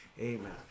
Amen